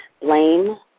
blame